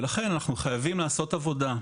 חייבים לעשות עבודה,